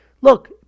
Look